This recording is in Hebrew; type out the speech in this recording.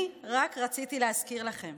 אני רק רציתי להזכיר לכם